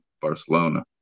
Barcelona